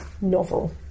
novel